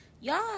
Y'all